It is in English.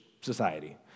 society